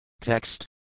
Text